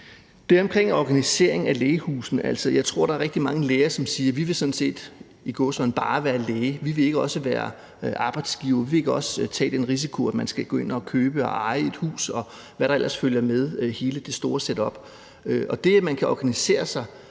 altså omkring organiseringen af lægehusene, jeg tror, at der er rigtig mange læger, som siger, at de sådan set – i gåseøjne – bare vil være læger. De vil ikke også være arbejdsgivere; de vil ikke også tage den risiko, at de skal købe og eje et hus, og hvad der ellers følger med hele det store setup. Og det, at man kan organisere sig